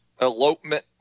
elopement